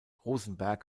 rosenberg